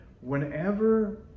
whenever